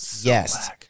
yes